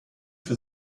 für